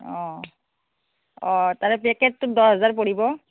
অঁ অঁ তাৰে পেকেজটোত দহ হেজাৰ পৰিব